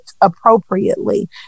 appropriately